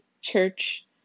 church